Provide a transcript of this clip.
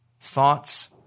thoughts